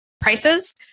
prices